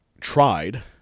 tried